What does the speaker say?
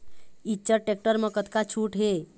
Eicher tractor म कतका छूट हे?